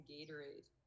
Gatorade